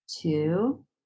two